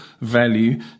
value